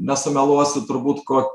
nesumeluosiu turbūt ko